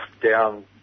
down